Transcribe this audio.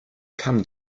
come